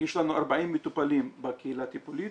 יש לנו 40 מטופלים בקהילה הטיפולית